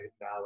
now